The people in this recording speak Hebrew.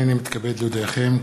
הנני מתכבד להודיעכם,